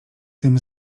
tym